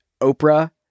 Oprah